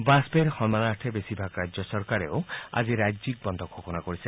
বাজপেয়ীৰ সন্মানাৰ্থে বেছিভাগ ৰাজ্য চৰকাৰেও ৰাজ্যিক বন্ধ ঘোষণা কৰিছে